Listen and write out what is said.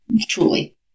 Truly